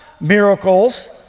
miracles